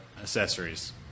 accessories